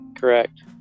Correct